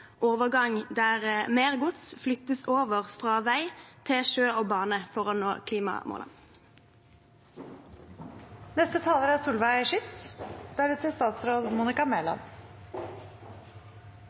overgang der mer gods flyttes over fra vei til sjø og bane for å nå klimamålene. Venstre er